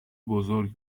بزرگ